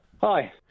Hi